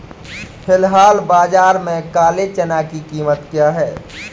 फ़िलहाल बाज़ार में काले चने की कीमत क्या है?